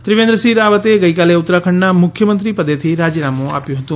ત્રિવેન્દ્રસિંહ રાવતે ગઈકાલે ઉત્તરાખંડના મુખ્યમંત્રી પદેથી રાજીનામું આપ્યું હતું